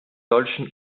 solchen